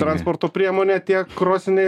transporto priemonė tiek krosinė